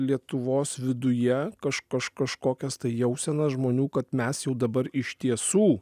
lietuvos viduje kaž kaž kažkokias tai jausena žmonių kad mes jau dabar iš tiesų